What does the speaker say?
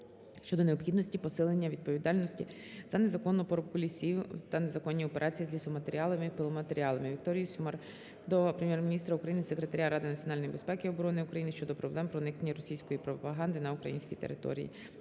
щодо необхідності посилення відповідальності за незаконну порубку лісів та незаконні операції з лісоматеріалами й пиломатеріалами. Вікторії Сюмар до Прем'єр-міністра України, Секретаря Ради національної безпеки і оборони України щодо проблем проникнення російської пропаганди на українські території.